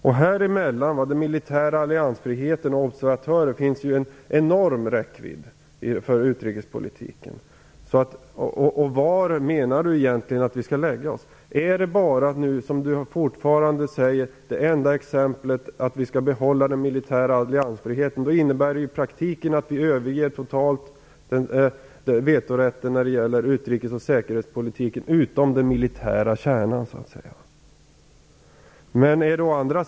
Mellan frågan om den militära alliansfriheten och frågan om observatörer finns en enorm räckvidd i utrikespolitiken. Var menar Lena Hjelm-Wallén egentligen att vi skall lägga oss? Är det enda exemplet fortfarande att vi skall behålla den militära alliansfriheten? Det innebär i praktiken att vi överger vetorätten när det gäller utrikes och säkerhetspolitiken utom vad beträffar den militära kärnan.